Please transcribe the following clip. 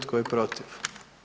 Tko je protiv?